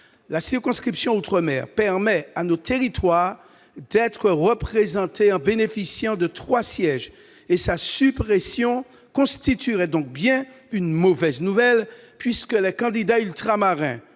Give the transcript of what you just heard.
La circonscription d'outre-mer permet à nos territoires d'être représentés en bénéficiant de trois sièges. Sa suppression constituerait donc une bien mauvaise nouvelle, puisque les candidats ultramarins